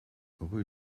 route